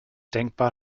denkbar